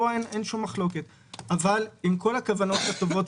עם כל הכוונות הטובות,